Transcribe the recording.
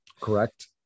Correct